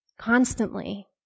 constantly